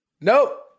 Nope